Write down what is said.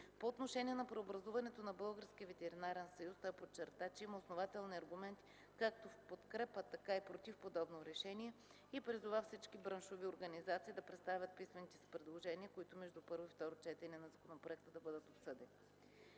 По отношение на преобразуването на Българския ветеринарен съюз той подчерта, че има основателни аргументи както в подкрепа, така и против подобно решение и призова всички браншови организации да представят писмените си предложения, които между първо и второ четене на законопроекта да бъдат обсъдени.